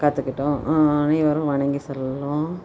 கற்றுக்கிட்டோம் அனைவரும் வணங்கி செல்லுவோம்